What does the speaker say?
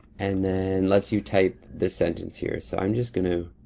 and then let's you type this sentence here. so, i'm just gonna,